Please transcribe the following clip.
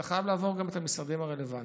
אתה חייב לעבור גם את המשרדים הרלוונטיים,